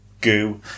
goo